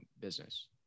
business